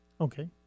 Okay